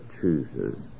chooses